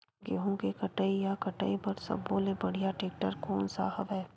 गेहूं के कटाई या कटाई बर सब्बो ले बढ़िया टेक्टर कोन सा हवय?